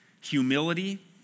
humility